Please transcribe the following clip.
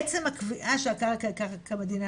עצם הקביעה שהקרקע היא קרקע מדינה,